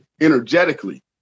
energetically